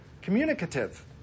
Communicative